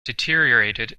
deteriorated